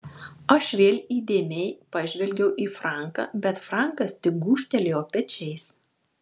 aš vėl įdėmiai pažvelgiau į franką bet frankas tik gūžtelėjo pečiais